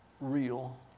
real